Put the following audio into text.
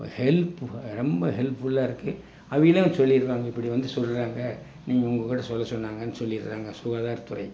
ஒரு ஹெல்ப்பு ரொம்ப ஹெல்ப்ஃபுல்லாக இருக்கு அவங்களே வந்து சொல்லிடுறாங்க இப்படி வந்து சொல்லுறாங்க நீங்கள் உங்கள்கிட்ட சொல்ல சொன்னாங்கன்னு சொல்லிடுறாங்க சுகாதார துறை